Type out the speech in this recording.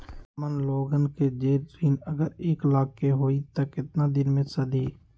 हमन लोगन के जे ऋन अगर एक लाख के होई त केतना दिन मे सधी?